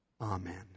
Amen